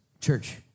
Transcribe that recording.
church